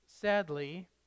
sadly